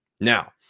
Now